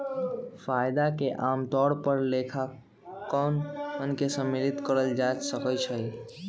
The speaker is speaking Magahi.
फायदा के आमतौर पर लेखांकन में शामिल कइल जा सका हई